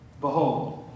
Behold